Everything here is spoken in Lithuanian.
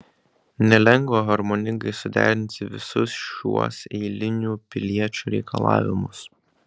nelengva harmoningai suderinti visus šiuos eilinių piliečių reikalavimus